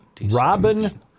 Robin